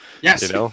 yes